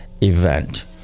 event